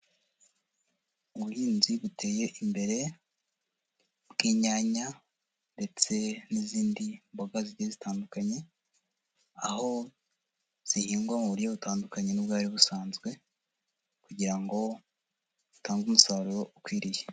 Ubuhinzi buteye imbere bw'inyanya ndetse n'izindi mboga zigiye zitandukanye, aho zihingwa mu buryo butandukanye n'ubwari busanzwe kugira ngo butange umusaruro ukwiriye.